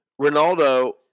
Ronaldo